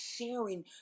sharing